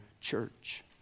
church